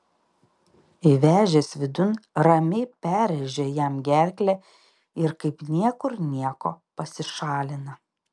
įvežęs vidun ramiai perrėžia jam gerklę ir kaip niekur nieko pasišalina